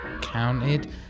counted